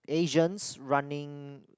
Asian's running